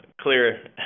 clear